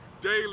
daily